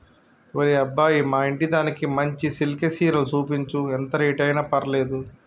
ఒరే అబ్బాయి మా ఇంటిదానికి మంచి సిల్కె సీరలు సూపించు, ఎంత రేట్ అయిన పర్వాలేదు